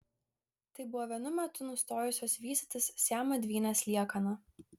tai buvo vienu metu nustojusios vystytis siamo dvynės liekana